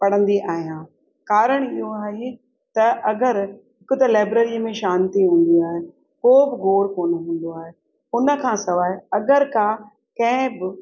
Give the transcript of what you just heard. पढ़ंदी आहियां कारणु इहो आहे त अगरि हिकु त लेबररीअ में शांती हूंदी आहे को बि घोर कोन हूंदो आहे उन खां सवाइ अगरि का कंहिं बि